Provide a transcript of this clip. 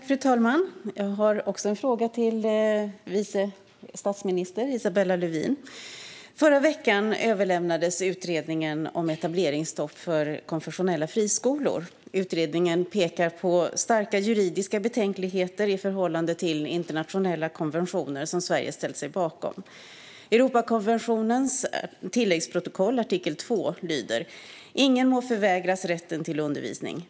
Fru talman! Jag har också en fråga till vice statsminister Isabella Lövin. Förra veckan överlämnades utredningen om etableringsstopp för konfessionella friskolor, Utredningen pekar på starka juridiska betänkligheter i förhållande till internationella konventioner som Sverige ställt sig bakom. Artikel 2 i tilläggsprotokollet till Europakonventionen lyder: "Ingen må förvägras rätten till undervisning.